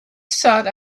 sought